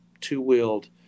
two-wheeled